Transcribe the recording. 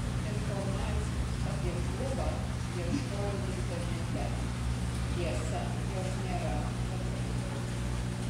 informacijos apie klubą ieškojau internete tiesa jos nėra labai daug